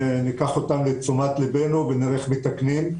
ניקח אותם לתשומת ליבנו ונראה איך מתקנים.